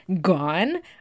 gone